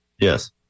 Yes